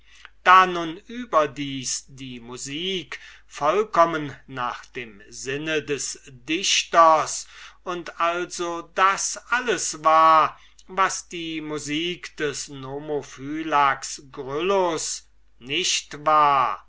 da nun überdies die musik vollkommen nach dem sinn des dichters und also das alles war was die musik des nomophylax gryllus nicht war